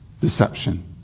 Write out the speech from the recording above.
deception